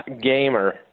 Gamer